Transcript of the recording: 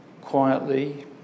quietly